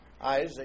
Isaac